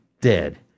dead